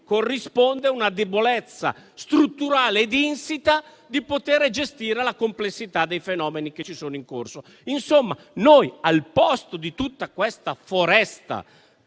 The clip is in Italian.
corrisponde una debolezza strutturale ed insita di poter gestire la complessità dei fenomeni che ci sono in corso. Insomma, noi al posto di tutta questa foresta